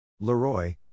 Leroy